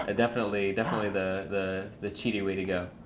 ah definitely definitely the the cheat-y way to go.